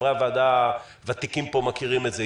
וחברי ועדה ותיקים פה מכירים את זה,